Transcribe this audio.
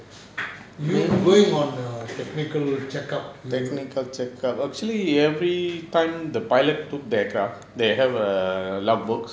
you going on a technical check up